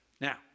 Now